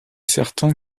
certain